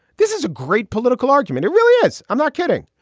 this is a great political argument. it really is. i'm not kidding.